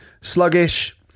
Sluggish